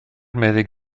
meddyg